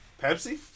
Pepsi